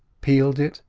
peeled it,